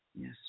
Yes